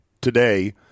today